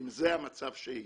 אם זה המצב שיהיה,